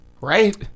Right